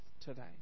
today